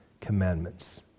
commandments